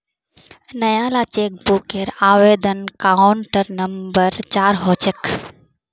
नयाला चेकबूकेर आवेदन counter number चार ह छेक